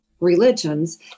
religions